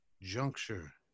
juncture